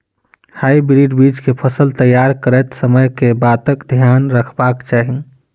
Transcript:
Hybrid बीज केँ फसल तैयार करैत समय कऽ बातक ध्यान रखबाक चाहि?